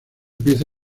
pieza